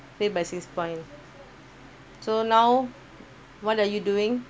fail by six points so now what are you doing